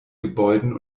gebäuden